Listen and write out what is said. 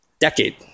decade